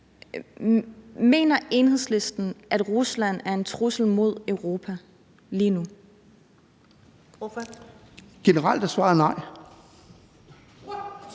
Mener Enhedslisten, at Rusland er en trussel mod Europa lige nu? Kl. 12:47 Første